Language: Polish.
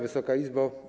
Wysoka Izbo!